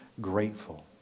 grateful